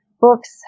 books